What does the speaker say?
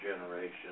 generation